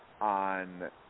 on